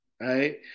right